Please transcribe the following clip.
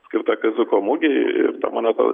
skirta kaziuko mugei ir ta moneta